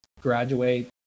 graduate